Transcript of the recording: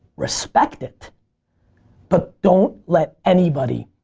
respect it but don't let anybody,